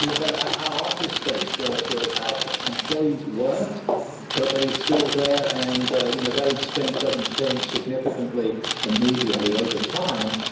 you know but our office space where where our employees weren't but they are still there and you know that expense doesn't change significantly immediately over time.